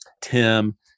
Tim